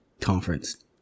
conference